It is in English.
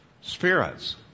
Spirits